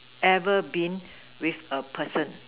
ever been with a person